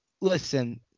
Listen